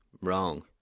wrong